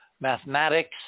mathematics